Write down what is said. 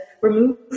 remove